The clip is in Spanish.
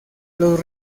los